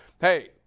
hey